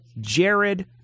Jared